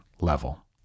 level